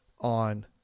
on